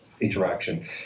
interaction